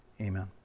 amen